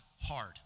hard